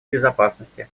безопасности